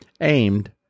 aimed